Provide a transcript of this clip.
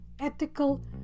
ethical